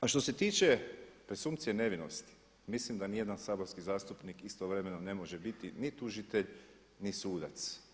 A što se tiče presumpcije nevinosti mislim da ni jedan saborski zastupnik istovremeno ne može biti ni tužitelj ni sudac.